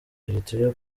eritrea